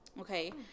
Okay